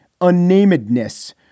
unnamedness